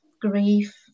grief